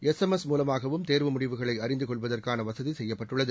S M S மூலமாகவும் தேர்வு முடிவுகளைஅறிந்துகொள்வதற்கானவசதிசெய்யப்பட்டுள்ளது